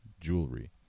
jewelry